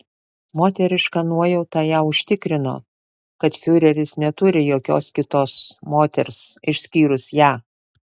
moteriška nuojauta ją užtikrino kad fiureris neturi jokios kitos moters išskyrus ją